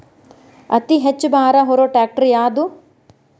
ಅತಿ ಹೆಚ್ಚ ಭಾರ ಹೊರು ಟ್ರ್ಯಾಕ್ಟರ್ ಯಾದು?